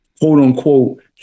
quote-unquote